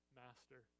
master